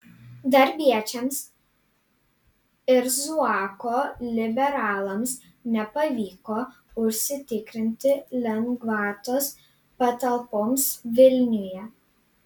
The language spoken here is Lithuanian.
darbiečiams ir zuoko liberalams nepavyko užsitikrinti lengvatos patalpoms vilniuje